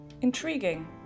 intriguing